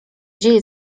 dzieje